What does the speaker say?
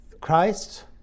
Christ